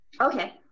Okay